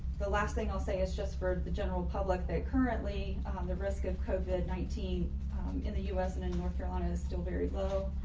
the last thing i'll say is just for the general public that currently the risk of cova nineteen in the us and in north carolina is still very low.